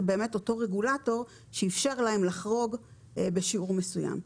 זה באמת אותו רגולטור שאפשר להם לחרוג בשיעור מסוים.